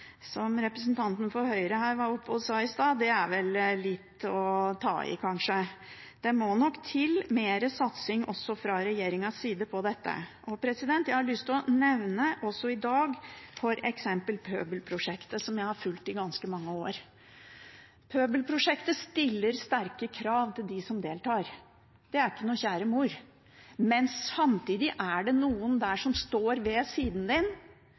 representanten fra høyresiden var oppe her og sa i stad, er vel å ta i litt. Det må nok til mer satsing også fra regjeringens side på dette. Jeg har også i dag lyst til å nevne Pøbelprosjektet, som jeg har fulgt i ganske mange år. Pøbelprosjektet stiller store krav til dem som deltar. Det er ingen kjære mor. Men samtidig er det noen der som står ved din side, følger deg når du skal finne drømmen din